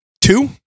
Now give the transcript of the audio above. Two